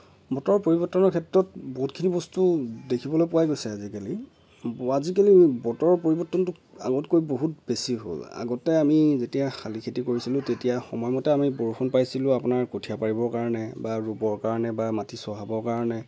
বতৰৰ পৰিবৰ্তনৰ ক্ষেত্ৰত বহুতখিনি বস্তু দেখিবলৈ পোৱা গৈছে আজিকালি আজিকালি বতৰৰ পৰিবৰ্তনটো আগতকৈ বহুত বেছি হ'ল আগতে আমি যেতিয়া শালি খেতি কৰিছিলোঁ তেতিয়া সময়মতে আমি বৰষুণ পাইছিলোঁ আমি কঠিয়া পাৰিবৰ কাৰণে বা ৰুবৰ কাৰণে বা মাটি চহাবৰ কাৰণে